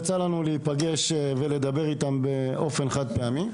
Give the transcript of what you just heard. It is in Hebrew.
יצא לנו להיפגש ולדבר איתם באופן חד פעמי.